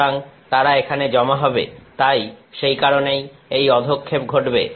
সুতরাং তারা এখানে জমা হবে তাই সেই কারণেই এই অধঃক্ষেপণ ঘটবে